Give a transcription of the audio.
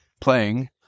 playing